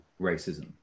racism